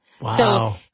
Wow